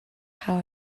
how